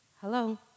Hello